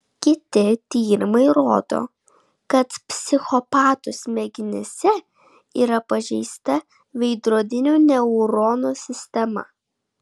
kiti tyrimai rodo kad psichopatų smegenyse yra pažeista veidrodinių neuronų sistema